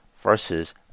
versus